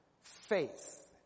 faith